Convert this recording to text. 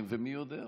מי יודע?